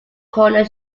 corner